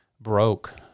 broke